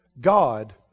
God